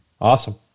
Awesome